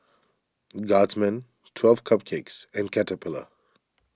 Guardsman twelve Cupcakes and Caterpillar